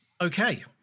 okay